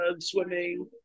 Swimming